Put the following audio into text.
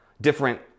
different